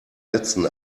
letzten